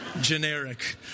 generic